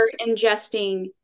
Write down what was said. ingesting